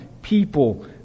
People